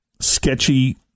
sketchy